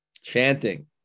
chanting